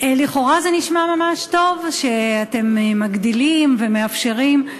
לכאורה זה נשמע ממש טוב שאתם מגדילים ומאפשרים,